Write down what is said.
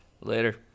Later